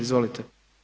Izvolite.